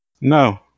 No